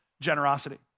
generosity